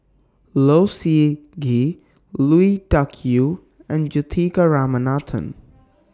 Low Siew Nghee Lui Tuck Yew and Juthika Ramanathan